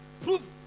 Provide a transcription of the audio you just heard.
prove